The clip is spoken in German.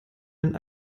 den